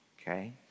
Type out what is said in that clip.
okay